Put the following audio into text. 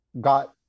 got